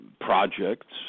projects